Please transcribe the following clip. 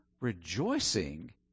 rejoicing